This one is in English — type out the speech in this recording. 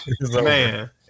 man